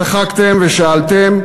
צחקתם ושאלתם: